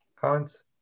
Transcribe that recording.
comments